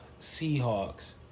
Seahawks